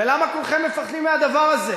ולמה כולכם מפחדים מהדבר הזה?